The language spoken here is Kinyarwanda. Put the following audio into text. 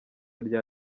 rya